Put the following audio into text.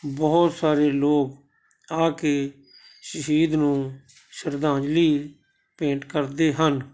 ਬਹੁਤ ਸਾਰੇ ਲੋਕ ਆ ਕੇ ਸ਼ਹੀਦ ਨੂੰ ਸ਼ਰਧਾਜਲੀ ਭੇਂਟ ਕਰਦੇ ਹਨ